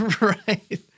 Right